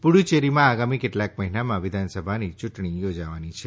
પુડચેરીમાં આગામી કેટલાંક મહિનામાં વિધાનસભાની ચુંટણી યોજવાની છે